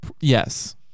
yes